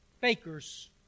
Fakers